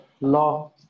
law